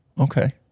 Okay